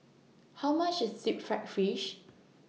How much IS Deep Fried Fish